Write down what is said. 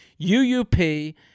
UUP